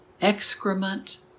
excrement